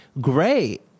great